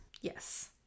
Yes